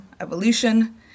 evolution